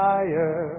Higher